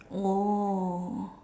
oh